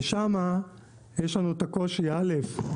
ושם יש לנו את הקושי א',